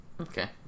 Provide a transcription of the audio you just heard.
okay